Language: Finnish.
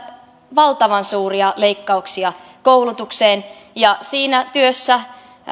valtavan suuria leikkauksia koulutukseen ja siinä työssä